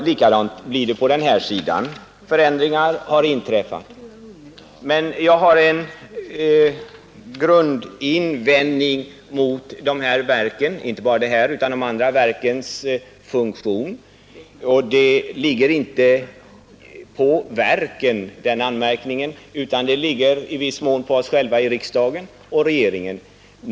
Likadant blir det på den här sidan; förändringar har inträffat. Men jag har en grundinvändning mot dessa verks funktion — det gäller alltså inte bara det nu aktuella utan även andra. Den anmärkningen ligger inte på verken utan i viss mån på oss själva i riksdagen och på regeringen.